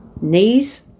knees